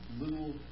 little